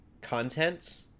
content